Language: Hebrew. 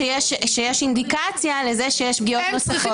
כשיש אינדיקציה לכך שיש פגיעות נוספות.